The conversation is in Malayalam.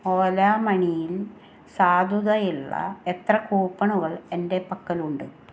ഓല മണിയിൽ സാധുതയുള്ള എത്ര കൂപ്പണുകൾ എൻ്റെ പക്കലുണ്ട്